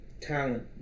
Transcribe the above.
talent